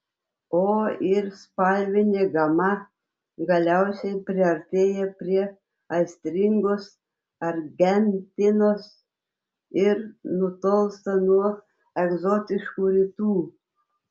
o ir spalvinė gama galiausiai priartėja prie aistringos argentinos ir nutolsta nuo egzotiškų rytų